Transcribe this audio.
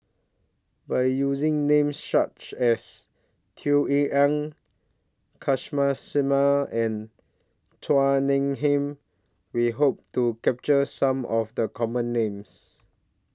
By using Names such as Tung Yue Nang Kamsari Salam and Chua Nam Hai We Hope to capture Some of The Common Names